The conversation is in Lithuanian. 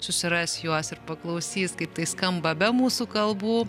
susiras juos ir paklausys kaip tai skamba be mūsų kalbų